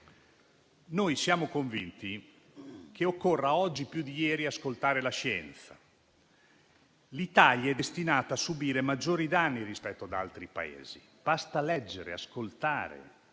Siamo convinti che occorra, oggi più di ieri, ascoltare la scienza. L'Italia è destinata a subire maggiori danni rispetto ad altri Paesi. Basta leggere qualche